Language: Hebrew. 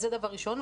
זה דבר ראשון.